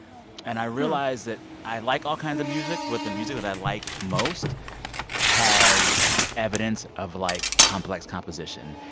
and i realized that i like all kinds of music. but the music that i like most has evidence of, like, complex composition.